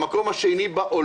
היא נמצאת במקום השני בעולם,